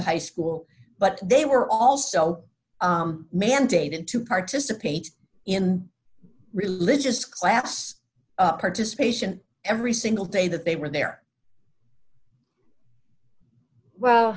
high school but they were also mandated to participate in religious class participation every single day that they were there well